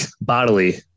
bodily